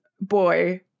boy